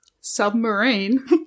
Submarine